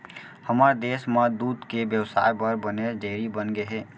हमर देस म दूद के बेवसाय बर बनेच डेयरी बनगे हे